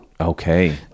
Okay